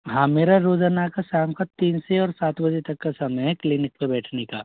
हाँ मेरा रोजाना का शाम का तीन से और सात बजे तक का समय है क्लिनिक पे बैठने का